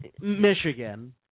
Michigan